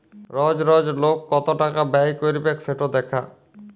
রজ রজ লক কত টাকা ব্যয় ক্যইরবেক সেট দ্যাখা